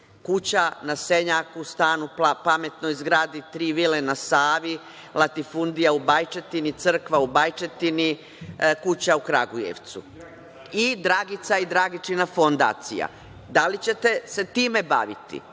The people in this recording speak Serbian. kuća na Senjaku, stan u pametnoj zgradi, tri vile na Savi, latifundija u Bajčetini, crkva u Bajčetini, kuća u Kragujevcu i Dragica i Dragičina fondacija. Da li ćete se time baviti?